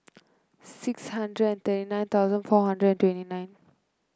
six hundred and thirty nine thousand four hundred and twenty nine